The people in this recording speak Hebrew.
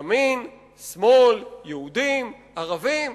ימין, שמאל, יהודים, ערבים.